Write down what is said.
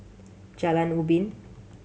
Jalan Ubin